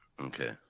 Okay